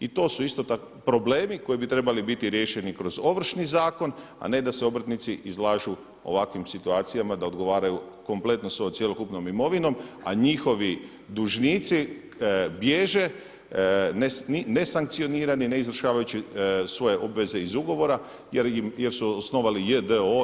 I to su isto tako problemi koji bi trebali biti riješeni kroz Ovršni zakon a ne da se obrtnici izlažu ovakvim situacijama da odgovaraju kompletno svojom cjelokupnom imovinom a njihovi dužnici bježe, nesankcionirani, ne izvršavajući svoje obveze iz ugovora jer su osnovali J.D.O. ili d.o.